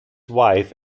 wife